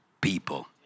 people